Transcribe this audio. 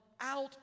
out